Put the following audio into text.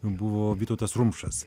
buvo vytautas rumšas